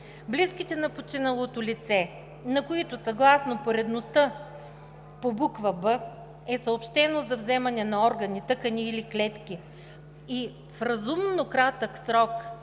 „Близките на починалото лице, на които съгласно поредността по буква „б“ е съобщено за вземане на органи, тъкани или клетки, в разумно кратък срок